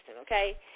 okay